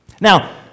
Now